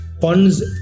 funds